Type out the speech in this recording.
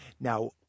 Now